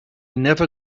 never